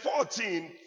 14